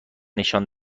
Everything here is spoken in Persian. نشان